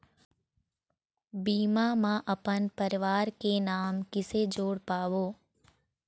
बीमा म अपन परवार के नाम किसे जोड़ पाबो?